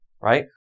right